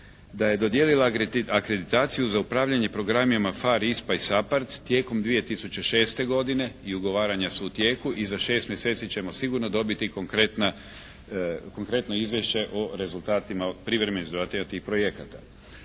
da je dodijelila akreditaciju za upravljanje programima PHARE, ISPA i SAPARD tijekom 2006. godine i ugovaranja su u tijeku i za šest mjeseci ćemo sigurno dobiti konkretno izvješće o rezultatima, privremenim rezultatima tih projekata.